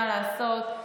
מה לעשות,